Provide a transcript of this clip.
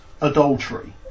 adultery